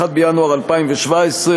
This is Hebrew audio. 1 בינואר 2017,